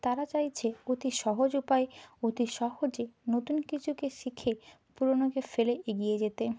তারা চাইছে অতি সহজ উপায়ে অতি সহজে নতুন কিছুকে শিখে পুরনোকে ফেলে এগিয়ে যেতে